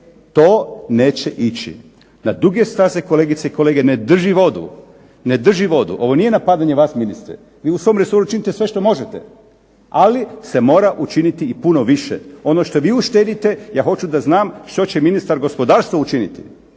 To neće ići. Na duge staze, kolegice i kolege, ne drži vodu, ne drži vodu. Ovo nije napadanje vas ministre, vi u svom resoru činite sve što možete. Ali se mora učiniti i puno više. Ono što vi uštedite ja hoću da znam što će ministar gospodarstva učiniti,